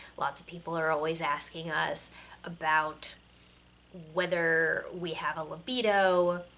lots of people are always asking us about whether we have a libido,